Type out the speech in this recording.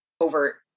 over